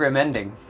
Ending